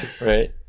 Right